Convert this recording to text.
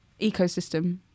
ecosystem